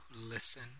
listen